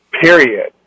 Period